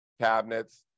cabinets